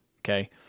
Okay